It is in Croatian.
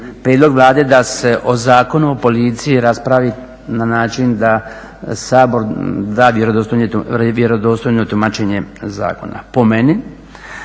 prijedlog Vlade da se o Zakonu o policiji raspravi na način da Sabor da vjerodostojno tumačenje zakona.